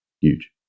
Huge